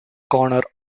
corner